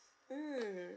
mm